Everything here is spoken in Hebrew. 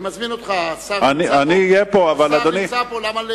אני מזמין אותך, השר נמצא פה.